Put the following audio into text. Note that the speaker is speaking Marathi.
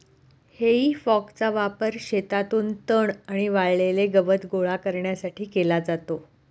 हेई फॉकचा वापर शेतातून तण आणि वाळलेले गवत गोळा करण्यासाठी केला जातो